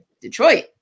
Detroit